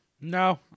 No